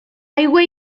aigua